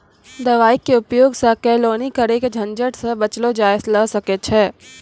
दवाई के उपयोग सॅ केलौनी करे के झंझट सॅ बचलो जाय ल सकै छै